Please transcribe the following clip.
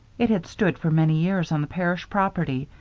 it had stood for many years on the parish property,